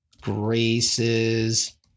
Graces